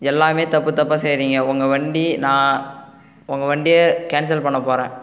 எல்லாமே தப்பு தப்பாக செய்யறீங்க உங்கள் வண்டி நான் உங்கள் வண்டியை கேன்சல் பண்ண போறேன்